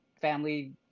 family